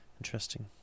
Interesting